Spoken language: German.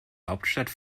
hauptstadt